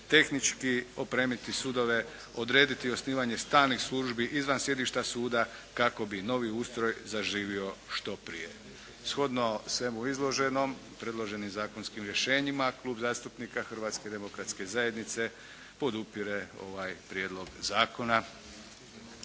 tehnički opremiti sudovi, odrediti osnivanje stalnih službi izvan sjedišta suda, kako bi novi ustroj zaživio što prije. Shodno svemu izloženom, predloženim zakonskim rješenjima Klub zastupnika Hrvatske demokratske zajednice podupire ovaj prijedlog zakona.